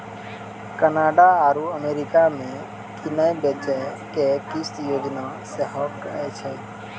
Canada आरु America मे किनै बेचै के किस्त योजना सेहो कहै छै